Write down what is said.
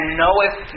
knoweth